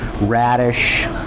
Radish